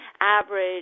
average